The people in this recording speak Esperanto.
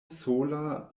sola